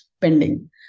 pending